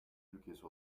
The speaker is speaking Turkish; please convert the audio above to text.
ülkesi